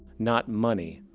not money,